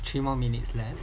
three more minutes left